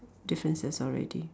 differences already